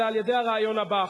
אלא על-ידי הרעיון הבא,